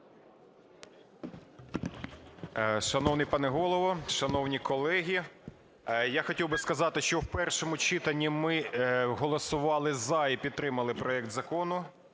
Шановний пане Голово, шановні колеги, я хотів би сказати, що в першому читанні ми голосували "за" і підтримали проект Закону